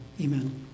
Amen